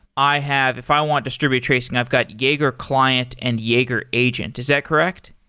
i have if i want distributed tracing, i've got jaeger client and jaeger agent. is that correct?